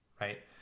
right